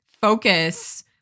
focus